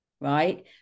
right